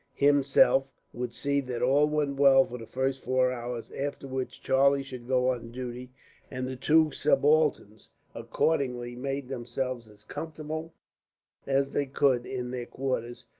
himself, would see that all went well for the first four hours, after which charlie should go on duty and the two subalterns accordingly made themselves as comfortable as they could in their quarters,